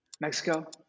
Mexico